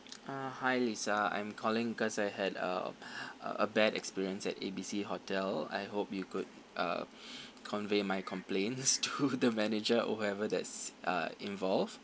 ah hi lisa I'm calling because I had a a a bad experience at A B C hotel I hope you could uh convey my complaints to the manager or whoever that's uh involved